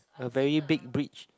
a very big bridge